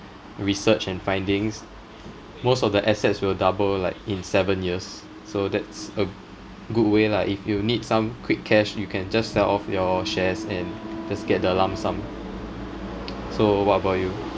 research and findings most of the assets will double like in seven years so that's a good way lah if you need some quick cash you can just sell off your shares and just get the lump sum so what about you